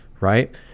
right